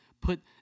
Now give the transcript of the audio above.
Put